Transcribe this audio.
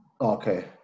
Okay